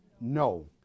No